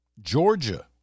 Georgia